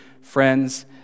friends